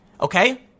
Okay